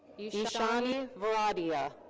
ishani viradiya.